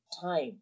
time